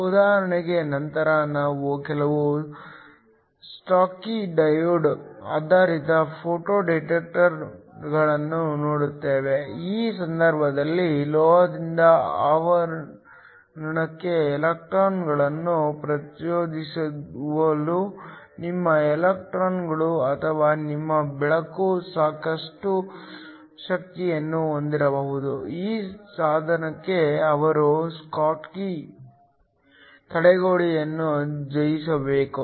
ಉದಾಹರಣೆಗೆ ನಂತರ ನಾವು ಕೆಲವು ಸ್ಕಾಟ್ಕಿ ಡಯೋಡ್ ಆಧಾರಿತ ಫೋಟೋ ಡಿಟೆಕ್ಟರ್ಗಳನ್ನು ನೋಡುತ್ತೇವೆ ಈ ಸಂದರ್ಭದಲ್ಲಿ ಲೋಹದಿಂದ ಅರೆವಾಹಕಕ್ಕೆ ಎಲೆಕ್ಟ್ರಾನ್ಗಳನ್ನು ಪ್ರಚೋದಿಸಲು ನಿಮ್ಮ ಎಲೆಕ್ಟ್ರಾನ್ಗಳು ಅಥವಾ ನಿಮ್ಮ ಬೆಳಕು ಸಾಕಷ್ಟು ಶಕ್ತಿಯನ್ನು ಹೊಂದಿರಬಹುದು ಈ ಸಂದರ್ಭದಲ್ಲಿ ಅವರು ಸ್ಕಾಟ್ಕಿ ತಡೆಗೋಡೆಯನ್ನು ಜಯಿಸಬೇಕು